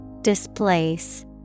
Displace